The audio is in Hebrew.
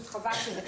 וכד'.